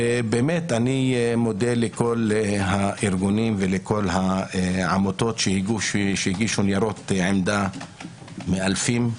אני מודה לכל הארגונים ולכל העמותות שהגישו ניירות עמדה מאלפים,